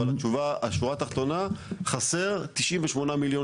אבל השורה התחתונה היא שחסרים 98 מיליון